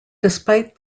despite